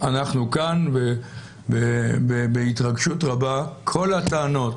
אנחנו כאן, ובהתרגשות רבה כל הטענות